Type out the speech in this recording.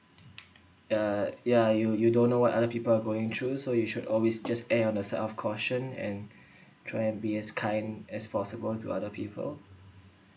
uh ya you you don't know what other people are going through so you should always just err on the side of caution and try and be as kind as possible to other people